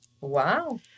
Wow